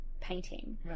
painting